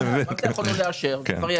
איך יכולנו לא לאשר, זה כבר יצא.